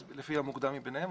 אז לפי המוקדם מביניהם.